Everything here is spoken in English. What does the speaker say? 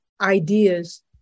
ideas